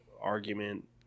argument